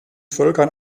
völkern